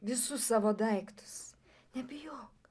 visus savo daiktus nebijok